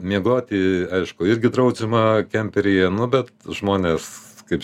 miegoti aišku irgi draudžiama kemperyje nu bet žmonės kaip